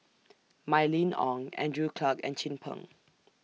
Mylene Ong Andrew Clarke and Chin Peng